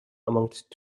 amongst